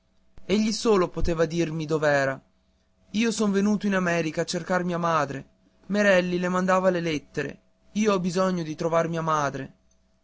egli solo poteva dirmi dov'era io sono venuto in america a cercar mia madre merelli le mandava le lettere io ho bisogno di trovar mia madre